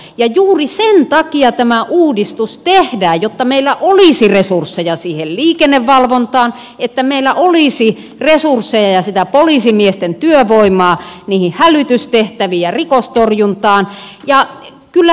ja juuri sen takia tämä uudistus tehdään jotta meillä olisi resursseja siihen liikennevalvontaan jotta meillä olisi resursseja ja sitä poliisimiesten työvoimaa niihin hälytystehtäviin ja rikostorjuntaan